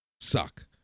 suck